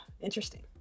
interesting